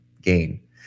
gain